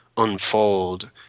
unfold